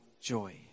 joy